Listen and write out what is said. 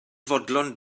fodlon